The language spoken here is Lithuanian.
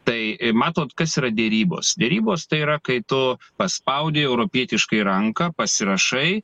tai matot kas yra derybos derybos tai yra kai tu paspaudi europietiškai ranką pasirašai